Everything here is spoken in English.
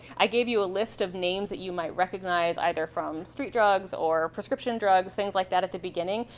i gave you a list of names that you might recognize either from street drugs or prescription drugs, things like that, at the beginning.